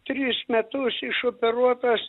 tris metus išoperuotas